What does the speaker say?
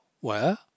Where